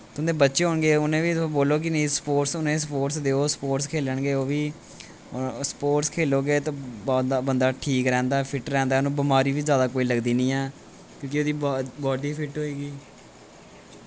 तुं'दे बच्चे होन गे उ'नें बी तुस बोलो कि नेईं स्पोर्ट्स उ'नें स्पोर्ट्स देओ स्पोर्ट्स खेलनगे ओह् बी स्पोर्ट्स खेलोगे ते बंदा बंदा ठीक रौंह्दा फिट रौंह्दा सानूं बमारी बी जैदा कोई लगदी निं ऐ क्योंकि उ'दी बी बाडी फिट होए गी